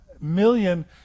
million